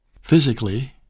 physically